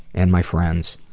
and my friends,